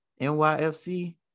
NYFC